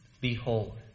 Behold